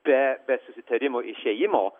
be susitarimo išėjimo